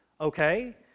okay